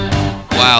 Wow